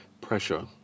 pressure